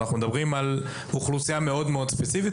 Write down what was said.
ואנחנו מדברים על אוכלוסייה מאוד מאוד ספציפית,